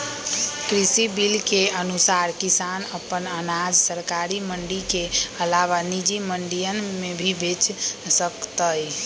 कृषि बिल के अनुसार किसान अपन अनाज सरकारी मंडी के अलावा निजी मंडियन में भी बेच सकतय